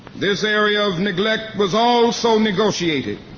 this area of neglect was also negotiated,